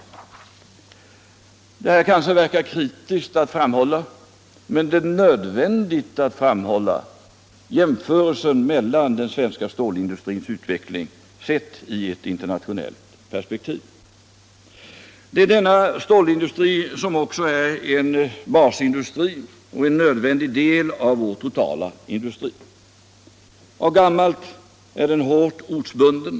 Det är nödvändigt att göra jämförelsen mellan utvecklingen av den svenska stålindustrin och av stålindustrin i världen i övrigt, i ett internationellt perspektiv. Stålindustrin är också en bas i och en nödvändig del av vår totala industri. Av gammalt är stålindustrin hårt ortsbunden.